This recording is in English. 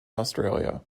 australia